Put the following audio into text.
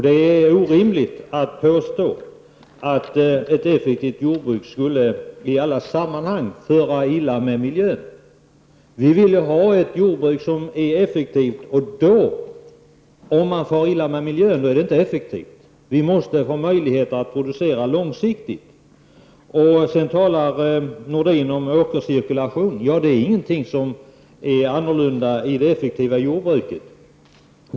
Det är orimligt att påstå att ett effektivt jordbruk i alla sammanhang skulle innebära att man far illa med miljön. Vi vill ju ha ett jordbruk som är effektivt, men om man far illa med miljön är det inte effektivt. Vi måste få möjlighet att producera långsiktigt. Anders Nordin talar sedan om återcirkulation. Det är ingenting som är annorlunda i det effektiva jordbruket.